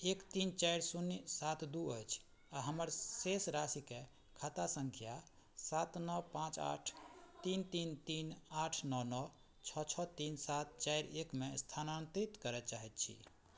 एक तीन चारि शून्य सात दू अछि आओर हमर शेष राशिक खाता सङ्ख्या सात नओ पाँच आठ तीन तीन तीन आठ नओ नओ छओ छओ तीन सात चारि एकमे स्थानान्तरित करय चाहैत छी